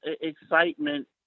excitement